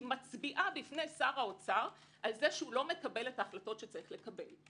מצביעה בפני שר האוצר על כך שלא מקבל את ההחלטות שצריך לקבל.